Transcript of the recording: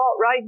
right